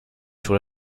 sur